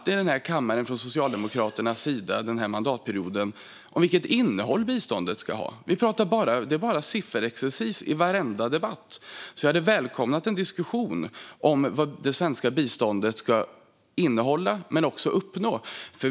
Jag har inte hört någonting från Socialdemokraternas sida i någon debatt i den här kammaren under denna mandatperiod om vilket innehåll biståndet ska ha; det är bara sifferexercis i varenda debatt. Jag hade välkomnat en diskussion om vad det svenska biståndet ska innehålla och vad det ska uppnå.